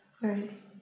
right